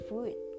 food